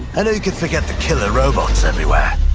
and you can forget the killer robots everywhere.